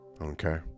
okay